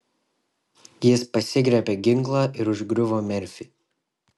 jis pasigriebė ginklą ir užgriuvo merfį